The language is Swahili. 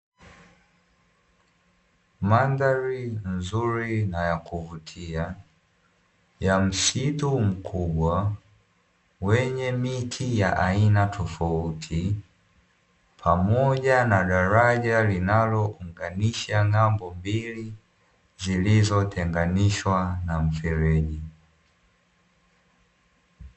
Mandhari nzuri na ya kuvutia ya msitu mmkubwa wenye miti ya aina tofauti, pamoja na daraja linalounganisha ng'ambo mbili zinazotenganishwa na mfereji.